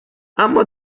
اما